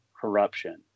corruption